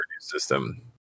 system